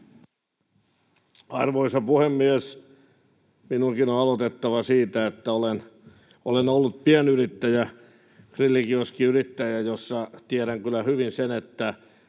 Arvoisa puhemies! Minunkin on aloitettava siitä, että olen ollut pienyrittäjä, grillikioskiyrittäjä. Tiedän kyllä hyvin sen